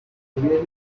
where